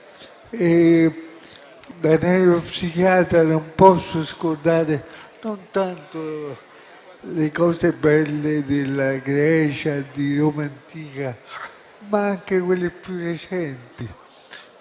Da neuropsichiatra, non posso scordare non solo le cose belle della Grecia e di Roma antica, ma anche quelle più recenti,